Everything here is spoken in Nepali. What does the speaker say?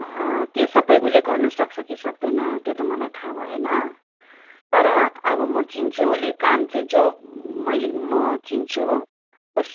त्यो सबै उसले गर्नु सक्छ कि सक्दैन त्यो त मलाई थाहा भएन तर अब म चिन्छु उसले काम चाहिँ जो मैले म चिन्छु उस्